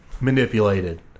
manipulated